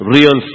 Real